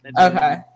Okay